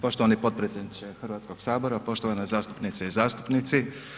Poštovani potpredsjedniče Hrvatskog sabora, poštovane zastupnice i zastupnici.